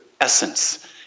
essence